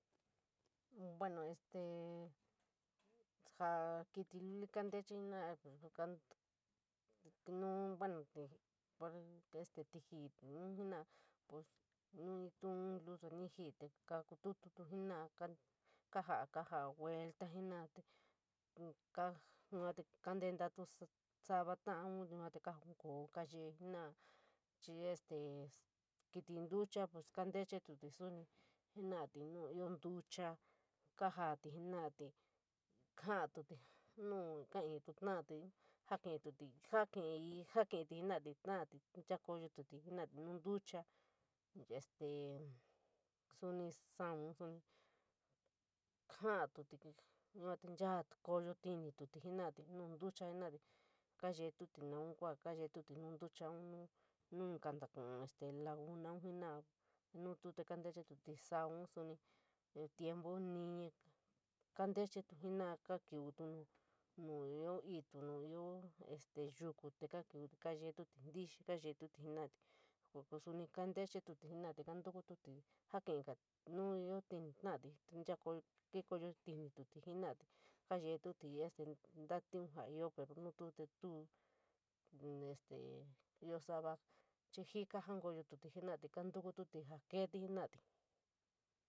Bueno, este jaa kiít luli kontaée jenora bueno este tijii tob jenadé ntenu ñuu in, lusu ñtiñi te kukutuu jenorá, kayai, kayao vuelejenotá te yua te ketaedotu savaloon te jonkoo kaye jenora chií este kiti ñtucha pos kantechetuit sonií jenadé te nu ioo ñtucha kajoií jenadé jateñi’ut nu kaií tolaií jaskitií jaskitií jaa jii jenadé tolaií te chakoyoti jenoté nu ñtucha. Este suní saamo latoté yua te mae kayejiiñiti jenadé nu ñtucha kayejii kuu kuu kayejii kouto ñu kukoun kaye te jenara koo jenado lagnaa jenadé, nuu kontaechetú timpo ninír kantechetú jenorá, kaa kayejii nu tuo ñu yo, nu ketujoo kuu este aaee koo kuu ñiiñ ketujot jenorá. Suní saamo latoté jenorá kontukútí too nu ketujoo jenorá kayee too nu kayaa jenarou jenarou este aaee koo aaee tanlio joo pero nu tuo tu tuo este ioo saa xii jika jankoyo tu kankutútí jaa keetí jenorá.